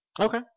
Okay